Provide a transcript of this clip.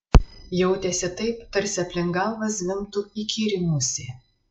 jautėsi taip tarsi aplink galvą zvimbtų įkyri musė